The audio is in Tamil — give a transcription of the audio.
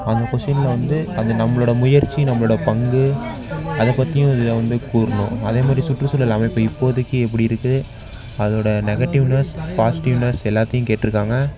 அந்த கொஸ்டினில் வந்து அது நம்மளோட முயற்சி நம்மளோட பங்கு அதை பற்றியும் இதில் வந்து கூறுணும் அதேமாதிரி சுற்றுச்சூழல் அமைப்பு இப்போதைக்கு எப்படி இருக்கு அதோட நெகட்டிவ்னஸ் பாசிட்டிவ்னஸ் எல்லாத்தையும் கேட்டிருக்காங்க